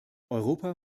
europa